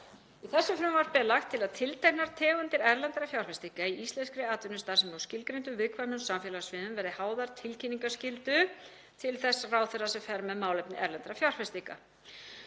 Í þessu frumvarpi er lagt til að tilteknar tegundir erlendra fjárfestinga í íslenskri atvinnustarfsemi á skilgreindum viðkvæmum samfélagssviðum verði háðar tilkynningarskyldu til þess ráðherra sem fer með málefni erlendra fjárfestinga.